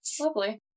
Lovely